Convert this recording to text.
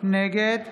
נגד